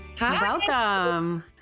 Welcome